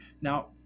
Now